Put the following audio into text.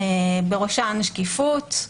בראשן שקיפות,